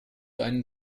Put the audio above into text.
einen